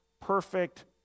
perfect